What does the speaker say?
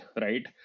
right